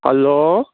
hello